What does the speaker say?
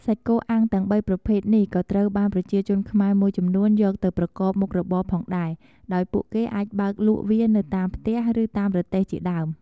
សាច់គោអាំងទាំងបីប្រភេទនេះក៏ត្រូវបានប្រជាជនខ្មែរមួយចំនួនយកទៅប្រកបមុខរបរផងដែរ ដោយពួកគេអាចបើកលក់វានៅតាមផ្ទះ ឬតាមរទេះជាដើម។